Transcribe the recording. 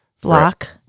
block